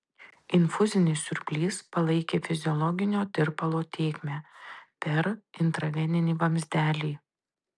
infuzinis siurblys palaikė fiziologinio tirpalo tėkmę per intraveninį vamzdelį